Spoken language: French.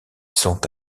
sont